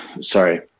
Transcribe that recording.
Sorry